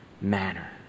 manner